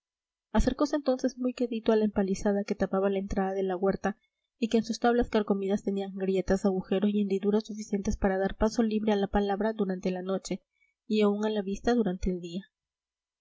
vestido acercose entonces muy quedito a la empalizada que tapaba la entrada de la huerta y que en sus tablas carcomidas tenía grietas agujeros y hendiduras suficientes para dar paso libre a la palabra durante la noche y aun a la vista durante el día